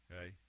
Okay